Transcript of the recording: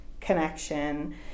connection